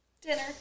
dinner